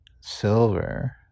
Silver